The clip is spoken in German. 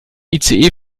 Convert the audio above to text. ice